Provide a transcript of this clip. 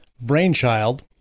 brainchild